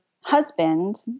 husband